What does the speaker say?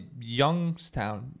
Youngstown